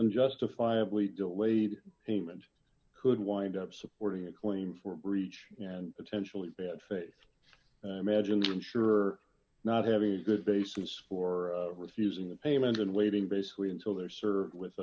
unjustifiably delayed payment could wind up supporting a claim for breach and potentially bad faith imagine the insurer not having a good basis for refusing the payment and waiting basically until they are served with